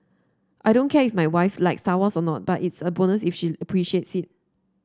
I don't care if my wife likes Star Wars or not but it's a bonus that she appreciates it